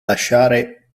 lasciare